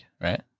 right